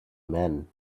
men